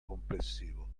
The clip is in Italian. complessivo